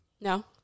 No